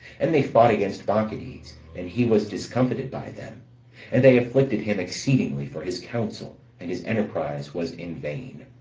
and they fought against bacchides, and he was discomfited by them and they afflicted him exceedingly, for his counsel, and his enterprise was in vain.